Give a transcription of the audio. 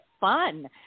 fun